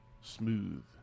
smooth